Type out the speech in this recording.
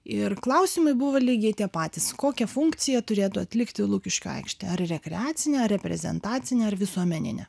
ir klausimai buvo lygiai tie patys kokią funkciją turėtų atlikti lukiškių aikštė ar rekreacinę reprezentacinę ar visuomeninę